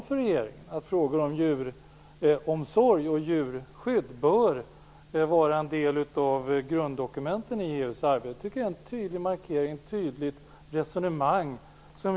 Frågan om djuromsorg och djurskydd bör utgöra en del av grunddokumenten i EU:s arbete. Detta är en tydlig markering och ett tydligt resonemang.